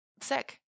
sick